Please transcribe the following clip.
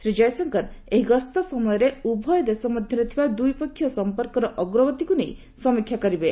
ଶ୍ରୀ ଜୟଶଙ୍କର ଏହିଗସ୍ତ ସମୟରେ ଉଭୟ ଦେଶ ମଧ୍ୟରେ ଥିବା ଦ୍ୱିପକ୍ଷୀୟ ସମ୍ପର୍କର ଅଗ୍ରଗତିକୁ ନେଇ ସମୀକ୍ଷା କରିବେ